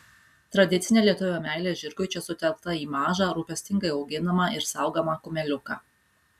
tradicinė lietuvio meilė žirgui čia sutelkta į mažą rūpestingai auginamą ir saugomą kumeliuką